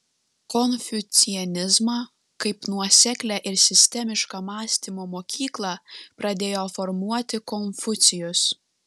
konfucianizmą kaip nuoseklią ir sistemišką mąstymo mokyklą pradėjo formuoti konfucijus